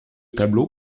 tableau